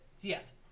Yes